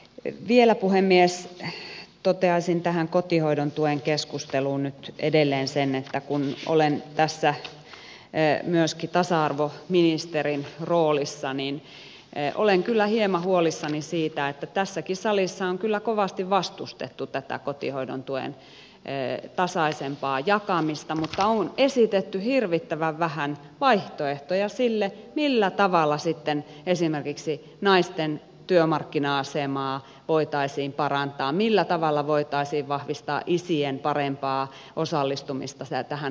vielä puhemies toteaisin tähän kotihoidon tuen keskusteluun nyt edelleen sen että kun olen tässä myöskin tasa arvoministerin roolissa niin olen kyllä hieman huolissani siitä että tässäkin salissa on kyllä kovasti vastustettu tätä kotihoidon tuen tasaisempaa jakamista mutta on esitetty hirvittävän vähän vaihtoehtoja sille millä tavalla sitten esimerkiksi naisten työmarkkina asemaa voitaisiin parantaa millä tavalla voitaisiin vahvistaa isien parempaa osallistumista tähän hoivavastuuseen